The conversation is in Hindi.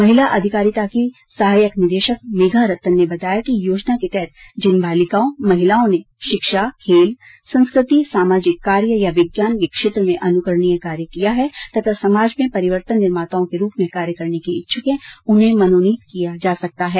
महिला अधिकारिता की सहायक निदेशक मेघा रतन ने बताया कि योजना के तहत जिन बालिकाओं महिलाओं ने शिक्षा खेल संस्कृति सामाजिक कार्य या विज्ञान के क्षेत्रा में अनुकरणीय कार्य किया है तथा समाज में परिवर्तन निर्माताओं के रूप में कार्य करने की इच्छुक हैं उन्हें मनोनीत किया जा सकता है